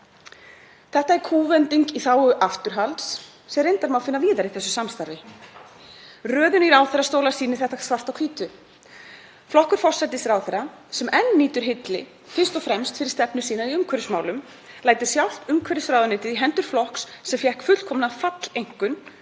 Þetta er kúvending í þágu afturhalds sem reyndar má finna víðar í þessu samstarfi. Röðun í ráðherrastóla sýnir þetta svart á hvítu. Flokkur forsætisráðherra, sem enn nýtur hylli fyrst og fremst fyrir stefnu sína í umhverfismálum, lætur sjálft umhverfisráðuneytið í hendur flokks sem fékk fullkomna falleinkunn